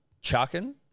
chucking